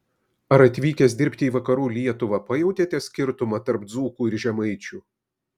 ar atvykęs dirbti į vakarų lietuvą pajautėte skirtumą tarp dzūkų ir žemaičių